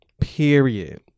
period